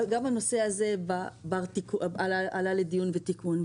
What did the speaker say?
גם הנושא הזה עלה לדיון ותיקון,